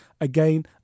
again